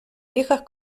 viejas